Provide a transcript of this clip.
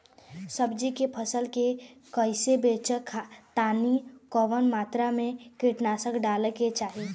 सब्जी के फसल के कियेसे बचाव खातिन कवन मात्रा में कीटनाशक डाले के चाही?